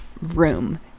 room